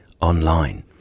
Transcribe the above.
online